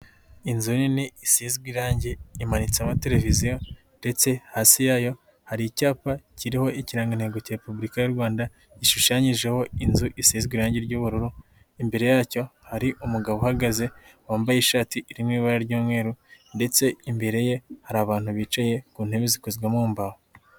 Inzu nini isizwe irangi, Imanitsemo televiziyo ndetse hasi yayo hari icyapa kiriho ikiranga ntengo cya repubulika y'u Rwanda gishushanyijeho inzu isizwe irangi ry'ubururu, imbere yacyo hari umugabo uhagaze wambaye ishati irimo ibara ry'umweru ndetse imbere ye hari abantu bicaye ku ntebe zikorwa mu mbaho.